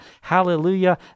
hallelujah